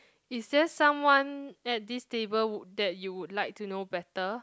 is there someone at this table would that you would like to know better